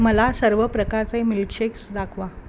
मला सर्व प्रकारचे मिल्कशेक्स दाखवा